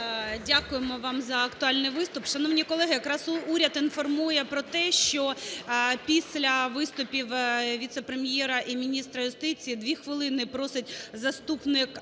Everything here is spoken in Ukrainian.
Дякуємо вам за актуальний виступ. Шановні колеги, якраз уряд інформує про те, що після виступів віце-прем'єра і міністра юстиції 2 хвилини просить заступник